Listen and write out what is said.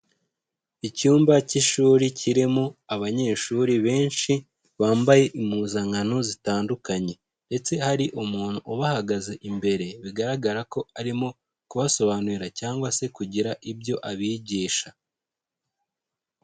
Icyumba cy'ishuri kirimo abanyeshuri benshi bambaye impuzankano zitandukanye ndetse hari umuntu ubahagaze imbere bigaragara ko arimo kubasobanurira cyangwa se kugira ibyo abigisha.